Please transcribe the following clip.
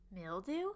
mildew